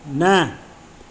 न